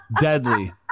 Deadly